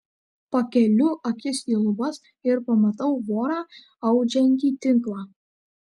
pakeliu akis į lubas ir pamatau vorą audžiantį tinklą